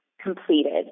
completed